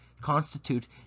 constitute